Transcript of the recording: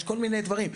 יש כל מיני דברים,